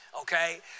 Okay